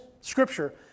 scripture